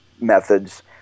methods